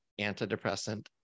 antidepressant